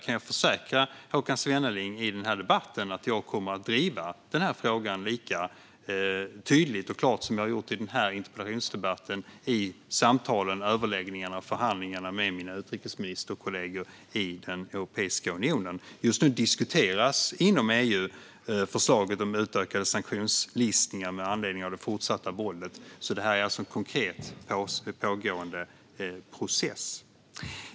Om så blir fallet kommer jag att driva frågan lika tydligt och klart som jag har gjort i denna interpellationsdebatt i samtal, överläggningar och förhandlingar med mina utrikesministerkolleger i Europeiska unionen. Just nu diskuteras inom EU förslaget om utökade sanktionslistningar med anledning av det fortsatta våldet. Detta är alltså en konkret pågående process.